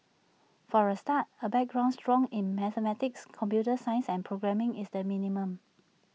for A start A background strong in mathematics computer science and programming is the minimum